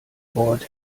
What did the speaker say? wort